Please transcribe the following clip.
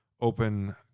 open –